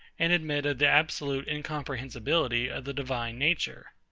and admit of the absolute incomprehensibility of the divine nature.